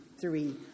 three